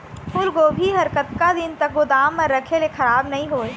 फूलगोभी हर कतका दिन तक गोदाम म रखे ले खराब नई होय?